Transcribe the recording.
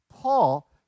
Paul